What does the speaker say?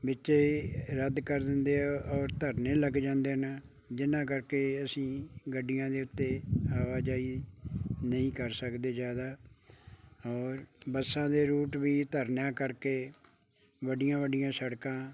ਵਿੱਚ ਹੀ ਰੱਦ ਕਰ ਦਿੰਦੇ ਹੈ ਔਰ ਧਰਨੇ ਲੱਗ ਜਾਂਦੇ ਨੇ ਜਿਨ੍ਹਾਂ ਕਰਕੇ ਅਸੀਂ ਗੱਡੀਆਂ ਦੇ ਉੱਤੇ ਆਵਾਜਾਈ ਨਹੀਂ ਕਰ ਸਕਦੇ ਜ਼ਿਆਦਾ ਔਰ ਬੱਸਾਂ ਦੇ ਰੂਟ ਵੀ ਧਰਨਿਆਂ ਕਰਕੇ ਵੱਡੀਆਂ ਵੱਡੀਆਂ ਸੜਕਾਂ